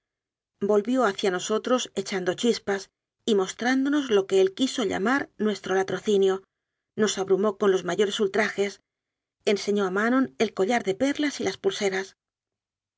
volvió hacia nos otros echando chispas y mostrándonos lo que él quiso llamar nuestro latrocinio nos abrumó con los mayores ultrajes enseñó a manon el collar de perlas y las pulseras